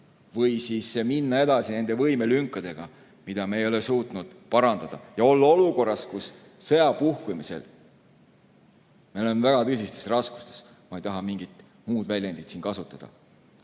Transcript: või minna edasi nende võimelünkadega, mida me ei ole suutnud täita, ja olla olukorras, kus sõja puhkemisel me oleme väga tõsistes raskustes. Ma ei taha siin mingit muud väljendit kasutada